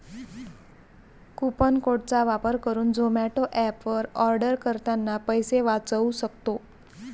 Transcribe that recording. coupon code चा वापर करुन झोमाटो एप वर आर्डर करतांना पैसे वाचउ सक्तो